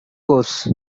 course